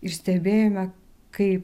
ir stebėjome kaip